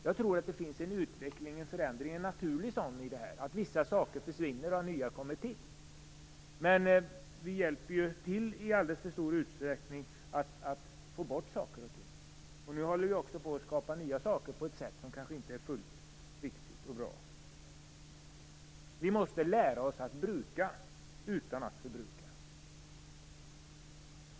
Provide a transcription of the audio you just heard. Jag tror att det finns en utveckling och en naturlig förändring, att vissa saker försvinner och nya kommer till. Men vi hjälper ju till att få bort saker och ting i alldeles för stor utsträckning. Nu håller vi också på att skapa nya saker på ett sätt som inte är fullt så bra. Vi måste lära oss att bruka utan att förbruka.